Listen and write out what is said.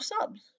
subs